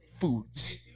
foods